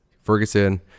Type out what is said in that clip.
Ferguson